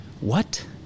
What